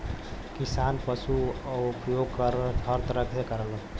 किसान पसु क उपयोग हर तरह से करलन